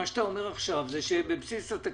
מה שאתה אומר עכשיו זה שבבסיס התקציב